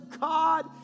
God